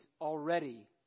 already